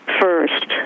First